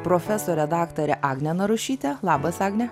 profesore daktare agne narušyte labas agne